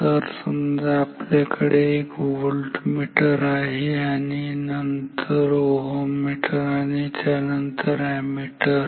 तर समजा आपल्याकडे एक व्होल्टमीटर आहे त्यानंतर ओहममीटर आणि त्यानंतर अॅमीटर